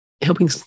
helping